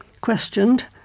questioned